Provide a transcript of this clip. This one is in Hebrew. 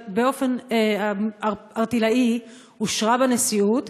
אבל באופן ערטילאי אושרה בנשיאות.